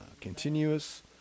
continuous